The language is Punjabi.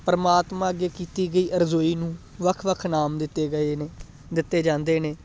ਪਰਮਾਤਮਾ ਅੱਗੇ ਕੀਤੀ ਗਈ ਅਰਜ਼ੋਈ ਨੂੰ ਵੱਖ ਵੱਖ ਨਾਮ ਦਿੱਤੇ ਗਏ ਨੇ ਦਿੱਤੇ ਜਾਂਦੇ ਨੇ